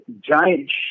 giant